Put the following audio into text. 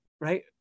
right